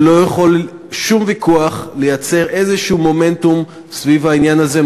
שום ויכוח לא יכול לייצר איזשהו מומנטום סביב העניין הזה,